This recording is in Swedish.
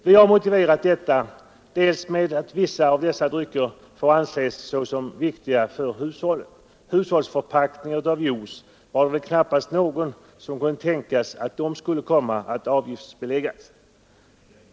Vi har motiverat detta bl.a. med att vissa av dessa drycker får anses viktiga för hushållet. Det var väl knappast någon som kunde tänka sig att hushållsförpackningar av juice skulle avgiftsbeläggas.